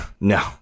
No